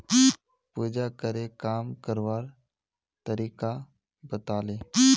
पूजाकरे काम करवार तरीका बताले